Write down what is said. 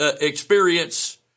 experience